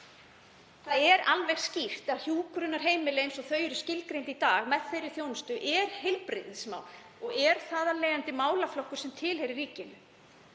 Það er alveg skýrt að hjúkrunarheimili eins og þau eru skilgreind í dag, með þeirri þjónustu, eru heilbrigðismál og þar af leiðandi málaflokkur sem tilheyrir ríkinu.